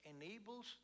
enables